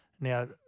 Now